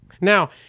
Now